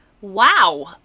Wow